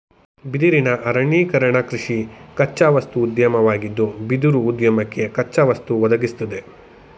ಬಿದಿರಿನ ಅರಣ್ಯೀಕರಣಕೃಷಿ ಕಚ್ಚಾವಸ್ತು ಉದ್ಯಮವಾಗಿದ್ದು ಬಿದಿರುಉದ್ಯಮಕ್ಕೆ ಕಚ್ಚಾವಸ್ತು ಒದಗಿಸ್ತದೆ